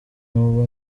ubu